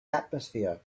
atmosphere